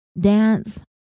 dance